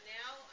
now